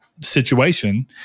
situation